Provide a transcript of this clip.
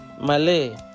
Malay